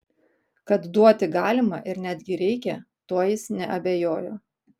kad duoti galima ir netgi reikia tuo jis neabejojo